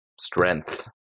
strength